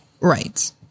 right